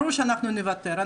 ברור שנוותר,